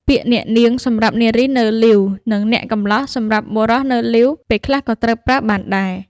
ពាក្យ អ្នកនាង សម្រាប់នារីនៅលីវ និង អ្នកកំលោះ សម្រាប់បុរសនៅលីវ ពេលខ្លះក៏ត្រូវបានប្រើដែរ។